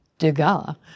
Degas